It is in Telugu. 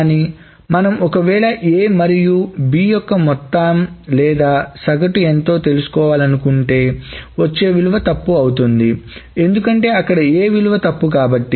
కానీ మనం ఒకవేళ A మరియు B యొక్క మొత్తం లేదా సగటు ఎంతో తెలుసుకోవాలనుకుంటే వచ్చే విలువ తప్పు అవుతుంది ఎందుకంటే అక్కడ A విలువ తప్పు కాబట్టి